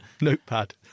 notepad